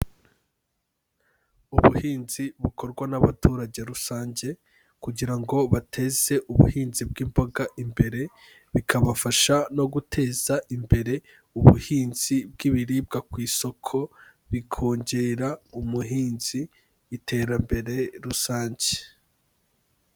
Ubuhinzi bukorwa n'abaturage rusange kugira ngo bateze ubuhinzi bw'imboga imbere, bikabafasha no guteza imbere ubuhinzi bw'ibiribwa ku isoko, bikongera umuhinzi iterambere rusange.